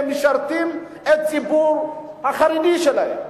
הם משרתים את הציבור החרדי שלהם.